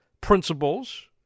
principles